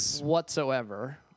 whatsoever